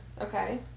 Okay